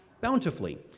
bountifully